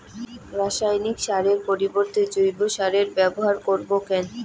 রাসায়নিক সারের পরিবর্তে জৈব সারের ব্যবহার করব কেন?